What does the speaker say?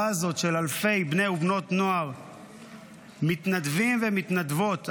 הזאת של אלפי בני ובנות נוער מתנדבים ומתנדבות,